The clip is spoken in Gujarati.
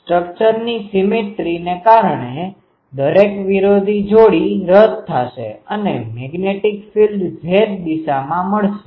સ્ટ્રક્ચરstructureરચનાની સિમેટ્રીsymmetry સપ્રમાણતાને કારણે દરેક વિરોધી જોડી રદ થાશે અને મેગ્નેટિક ફિલ્ડ Z દિશામાં મળશે